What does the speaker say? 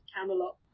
Camelot